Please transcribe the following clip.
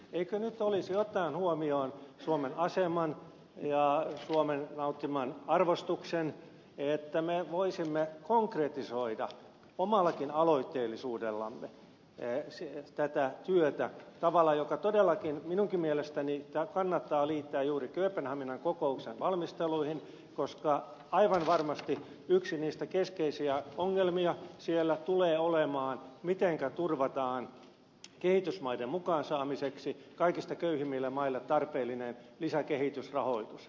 eikö nyt olisi aika ottaen huomioon suomen aseman ja suomen nauttiman arvostuksen että me voisimme konkretisoida omallakin aloitteellisuudellamme tätä työtä tavalla joka todella minunkin mielestäni kannattaa liittää juuri kööpenhaminan kokouksen valmisteluihin koska aivan varmasti yksi niitä keskeisiä ongelmia siellä tulee olemaan se miten turvataan kehitysmaiden mukaan saamiseksi kaikista köyhimmille maille tarpeellinen lisäkehitysrahoitus